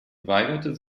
weigerte